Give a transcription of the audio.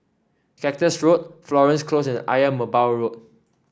Cactus Road Florence Close and Ayer Merbau Road